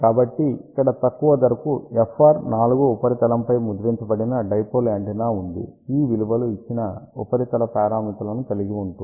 కాబట్టి ఇక్కడ తక్కువ ధరకు FR 4 ఉపరితలంపై ముద్రించబడిన డైపోల్ యాంటెన్నా ఉంది ఈ విలువలు ఇచ్చిన ఉపరితల పారామితులను కలిగి ఉంటుంది